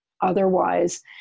otherwise